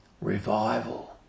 Revival